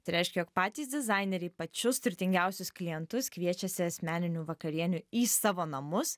tai reiškia jog patys dizaineriai pačius turtingiausius klientus kviečiasi asmeninių vakarienių į savo namus